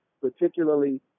particularly